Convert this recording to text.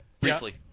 briefly